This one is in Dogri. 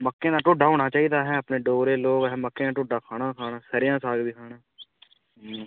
मक्कें दा ढोड्डा होना चाहिदा अहें अपने डोगरे लोक अहें मक्कें दा ढोड्डा ते खाना गै खाना स'रेआं दा साग बी खाना